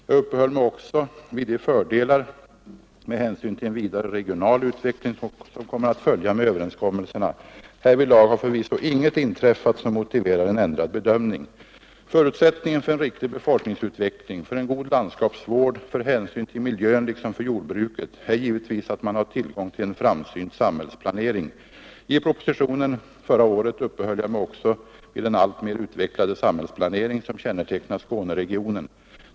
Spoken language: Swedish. Jag uppehöll mig också vid de fördelar med hänsyn till en vidare regional utveckling som kommer att följa med överenskommelserna. Härvidlag har förvisso inget inträffat som motiverar en ändrad bedömning. Förutsättningen för en riktig befolkningsutveckling, för en god landskapsvård, för hänsyn till miljön liksom för jordbruket är givetvis att man har tillgång till en framsynt samhällsplanering. I propositionen förra året uppehöll jag mig också vid den alltmer utvecklade samhällsplanering som kännetecknar Skåneregionen.